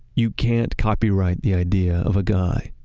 you can't copyright the idea of a guy,